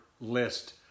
list